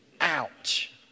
Ouch